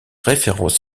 références